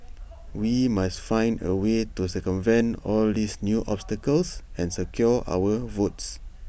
we must find A way to circumvent all these new obstacles and secure our votes